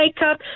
makeup